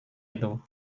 itu